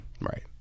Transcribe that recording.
Right